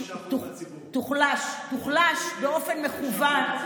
תוחלש באופן מכוון,